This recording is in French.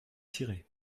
tirée